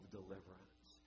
deliverance